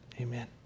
Amen